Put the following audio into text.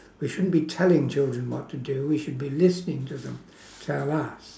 we shouldn't be telling children what to do we should be listening to them tell us